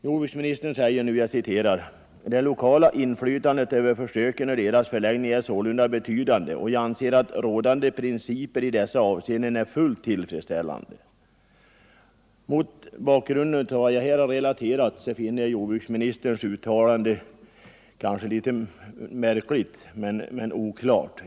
Jordbruksministern säger: ”Det lokala inflytandet över försöken och deras förläggning är sålunda betydande, och jag anser att rådande principer i dessa avseenden är fullt tillfredsställande.” Mot bakgrund av vad jag här relaterat finner jag jordbruksministerns uttalande oklart, för att inte säga märkligt.